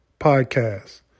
podcast